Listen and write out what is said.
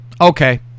Okay